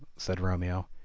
said romeo.